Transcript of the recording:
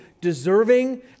deserving